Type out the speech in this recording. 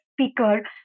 speaker